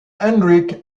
hendrik